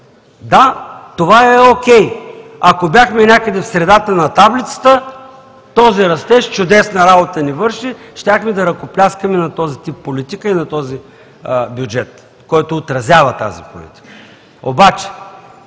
Да, това е окей. Ако бяхме някъде в средата на таблицата, този растеж ни върши чудесна работа, щяхме да ръкопляскаме на този тип политика и на този бюджет, който отразява тази политика. Аз ще